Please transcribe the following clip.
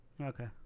Okay